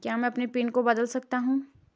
क्या मैं अपने पिन को बदल सकता हूँ?